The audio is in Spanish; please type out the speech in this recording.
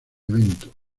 evento